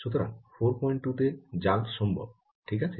সুতরাং 42 তে জাল সম্ভব ঠিক আছে